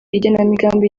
igenamigambi